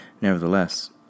Nevertheless